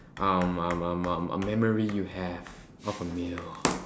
um um um um a memory you have of a meal